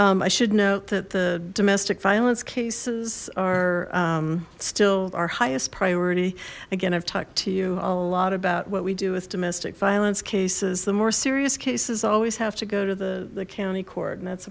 crimes i should note that the domestic violence cases are still our highest priority again i've talked to you a lot about what we do with domestic violence cases the more serious cases always have to go to the the county court and that's